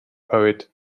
poet